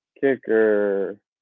Kicker